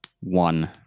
one